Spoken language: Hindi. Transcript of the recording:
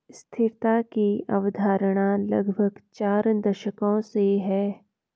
स्थिरता की अवधारणा लगभग चार दशकों से है